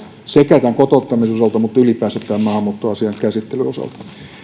tämän kotouttamisen osalta mutta ylipäänsä maahanmuuttoasioiden käsittelyn osalta